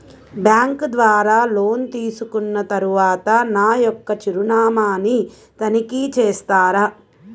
Bank ద్వారా loan తీసుకున్న తరువాత నా యొక్క చిరునామాని తనిఖీ చేస్తారా?